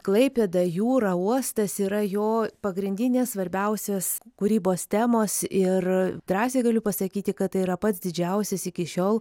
klaipėda jūra uostas yra jo pagrindinės svarbiausios kūrybos temos ir drąsiai galiu pasakyti kad tai yra pats didžiausias iki šiol